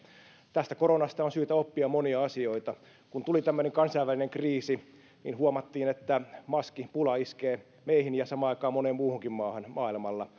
tästä koronasta on syytä oppia monia asioita kun tuli tämmöinen kansainvälinen kriisi niin huomattiin että maskipula iskee meihin ja samaan aikaan moneen muuhunkin maahan maailmalla